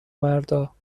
مردا